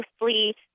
mostly